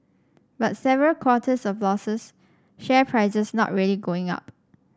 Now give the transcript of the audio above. but several quarters of losses share prices not really going up